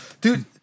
Dude